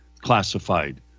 classified